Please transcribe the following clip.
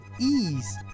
ease